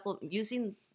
Using